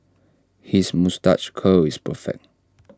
his moustache curl is perfect